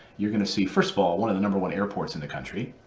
you're going to see, first of all, one of the number one airports in the country,